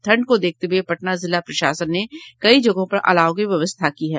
ठंड को देखते हये पटना जिला प्रशासन ने कई जगहों पर अलाव की व्यवस्था की है